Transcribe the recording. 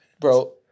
Bro